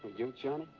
you, johnny?